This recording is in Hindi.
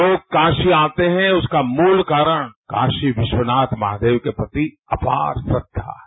लोग काशी आते हैं उसका मूल कारण काशी विश्वनाथ महादेव के प्रति अपार श्रद्धा है